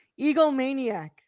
egomaniac